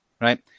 right